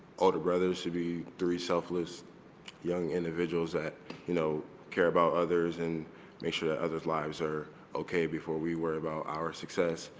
older brothers to be selfless young individuals that you know care about others and make sure that others lives are okay before we worry about our success.